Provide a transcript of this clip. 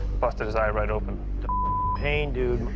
busted his eye right open. the pain, dude.